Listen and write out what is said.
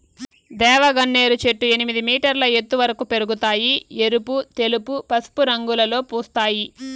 దేవగన్నేరు చెట్లు ఎనిమిది మీటర్ల ఎత్తు వరకు పెరగుతాయి, ఎరుపు, తెలుపు, పసుపు రంగులలో పూస్తాయి